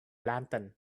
lantern